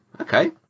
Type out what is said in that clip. okay